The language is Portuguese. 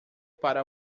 para